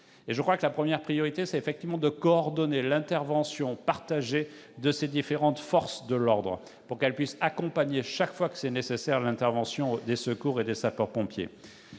gendarmerie. La première des priorités consiste à coordonner l'intervention de ces différentes forces de l'ordre, pour qu'elles puissent accompagner, chaque fois que nécessaire, l'intervention des secours et des sapeurs-pompiers.